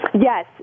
Yes